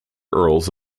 earls